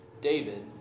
David